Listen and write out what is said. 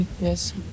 Yes